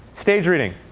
stage reading,